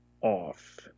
off